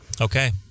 Okay